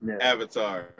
Avatar